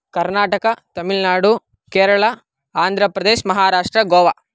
कर्नाटका तमिल्नाडु केरळा आन्ध्रप्रदेशः महाराष्ट्र गोवा